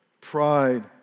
pride